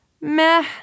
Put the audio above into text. Meh